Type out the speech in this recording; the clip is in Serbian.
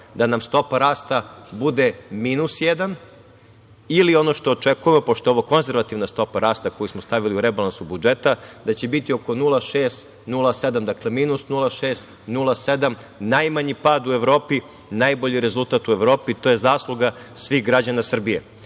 da nam stopa rasta bude minus jedan ili ono što očekujemo, pošto je ovo konzervativna stopa rasta koju smo stavili u rebalansu budžeta, da će biti oko minus 0,6 ili minus 0,7%. Najmanji pad u Evropi, najbolji rezultat u Evropi, to je zasluga svih građana Srbije. Ja